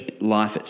life